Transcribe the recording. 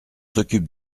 s’occupe